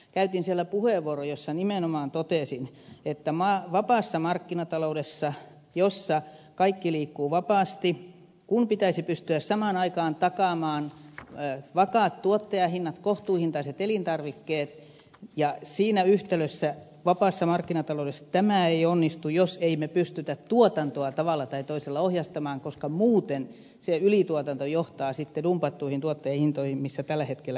käytin siellä puheenvuoron jossa nimenomaan totesin että kun vapaassa markkinataloudessa jossa kaikki liikkuu vapaasti pitäisi pystyä samaan aikaan takaamaan vakaat tuottajahinnat ja kohtuuhintaiset elintarvikkeet niin se yhtälö vapaassa markkinataloudessa ei onnistu jos emme pysty tuotantoa tavalla tai toisella ohjastamaan koska muuten se ylituotanto johtaa sitten dumpattuihin tuottajahintoihin missä tällä hetkellä ollaan